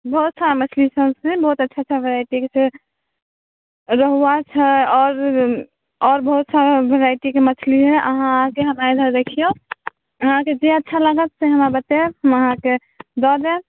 बहुत सारा मछलीसब छै बहुत अच्छा अच्छा भेराइटीके छै रहुआ छै आओर आओर बहुत सारा भेराइटीके मछली हइ अहाँके हमरा इधर देखिऔ अहाँके जे अच्छा लागत से हमरा बताएब हम अहाँके दऽ देब